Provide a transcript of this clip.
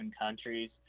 countries